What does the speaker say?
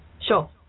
Sure